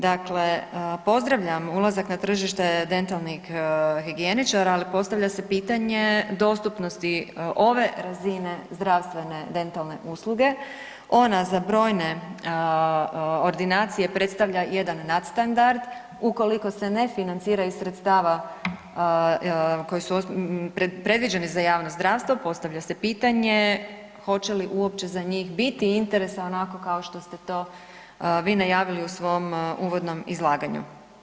Dakle, pozdravljam ulazak na tržište dentalnih higijeničara, ali postavlja se pitanje dostupnosti ove razine zdravstvene dentalne usluge, ona za brojne ordinacije predstavlja jedan nadstandard ukoliko se ne financira iz sredstava koji su predviđeni za javno zdravstvo, postavlja se pitanje hoće li uopće za njih biti interesa onako kao što ste to vi najavili u svom uvodnom izlaganju?